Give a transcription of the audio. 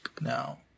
Now